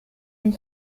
une